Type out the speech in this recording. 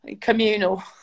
communal